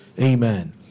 Amen